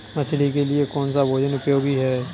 मछली के लिए कौन सा भोजन उपयोगी है?